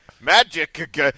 magic